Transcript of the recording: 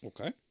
Okay